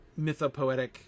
mythopoetic